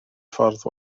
ffordd